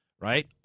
right